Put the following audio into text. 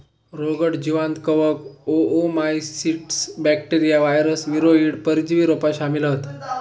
रोगट जीवांत कवक, ओओमाइसीट्स, बॅक्टेरिया, वायरस, वीरोइड, परजीवी रोपा शामिल हत